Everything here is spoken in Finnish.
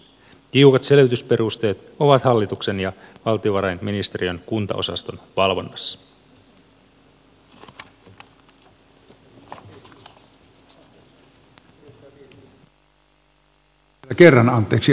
tiukat selvitysperusteet ovat hallituksen ja valtiovarainministeriön kuntaosaston valvonnassa